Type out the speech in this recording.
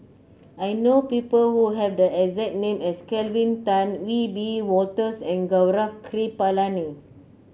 I know people who have the exact name as Kelvin Tan Wiebe Wolters and Gaurav Kripalani